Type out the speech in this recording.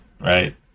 right